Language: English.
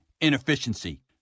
Inefficiency